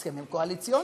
הסכמים קואליציוניים.